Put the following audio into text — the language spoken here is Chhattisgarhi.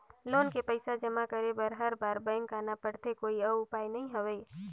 लोन के पईसा जमा करे बर हर बार बैंक आना पड़थे कोई अउ उपाय नइ हवय?